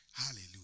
Hallelujah